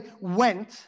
went